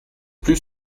plus